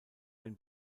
ein